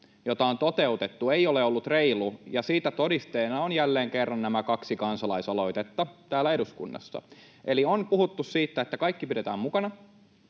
jota on toteutettu, ei ole ollut reilu, ja siitä todisteena on jälleen kerran nämä kaksi kansalaisaloitetta täällä eduskunnassa. Eli on puhuttu, että kaikki pidetään mukana,